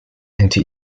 into